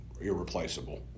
irreplaceable